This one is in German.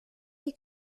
die